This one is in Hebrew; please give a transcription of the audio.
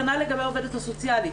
כנ"ל לגבי העובדת הסוציאלית.